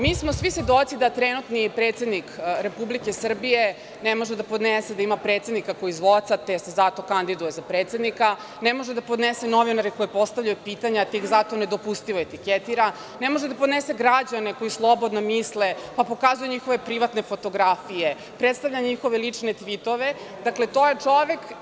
Mi smo svi u situaciji da trenutni predsednik Republike Srbije ne može da podnese da ima predsednika koji zvoca, te se zato kandiduje za predsednika, ne može da podnese novinare koji postavljaju pitanja te ih zato nedopustivo etiketira, ne može da podnese građane koji slobodno misle pa pokazuje njihove privatne fotografije, predstavlja njihove lične tvitove, itd.